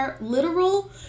literal